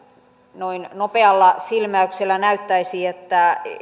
noin nopealla silmäyksellä näyttäisi että